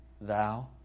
Thou